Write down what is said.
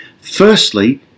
firstly